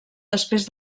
després